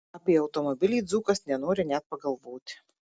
apie automobilį dzūkas nenori net pagalvoti